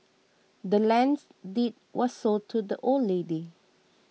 the land's deed was sold to the old lady